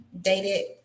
dated